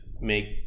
make